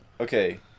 Okay